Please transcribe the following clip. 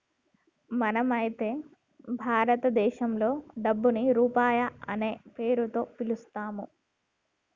మనం అయితే భారతదేశంలో డబ్బుని రూపాయి అనే పేరుతో పిలుత్తాము